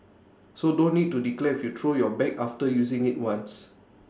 so don't need to declare if you throw your bag after using IT once